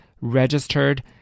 registered